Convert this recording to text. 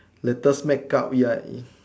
latest make up ya